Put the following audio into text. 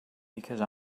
because